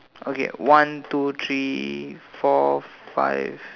okay one two three four five